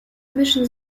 mischen